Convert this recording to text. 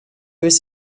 was